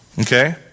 Okay